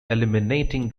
eliminating